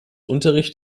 unterricht